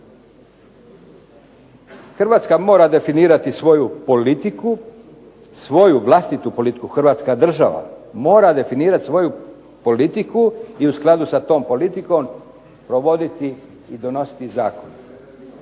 Hrvatska mora definirati svoju politiku, svoju vlastitu politiku, Hrvatska država. Mora definirati svoju politiku i u skladu sa tom politikom provoditi i donositi zakone.